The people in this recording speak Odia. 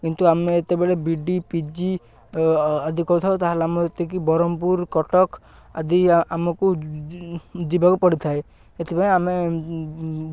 କିନ୍ତୁ ଆମେ ଯେତେବେଳେ ବିଡି ପିଜି ଆଦି କରିଥାଉ ତାହେଲେ ଆମର ଏତିକି ବରହମ୍ପୁର୍ କଟକ ଆଦି ଆମକୁ ଯିବାକୁ ପଡ଼ିଥାଏ ଏଥିପାଇଁ ଆମେ